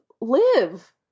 live